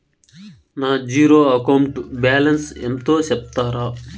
నా zero account balance ఎంతో సెప్తారా?